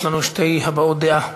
יש לנו שתי הבעות דעה.